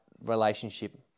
relationship